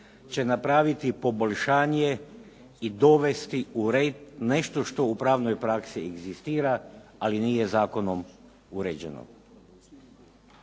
će napraviti poboljšanje i dovesti u red nešto što u pravnoj praksi egzistira ali nije zakonom uređeno,